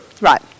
Right